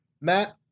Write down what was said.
Matt